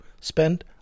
spend